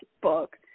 book